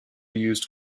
used